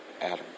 Adam